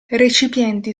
recipienti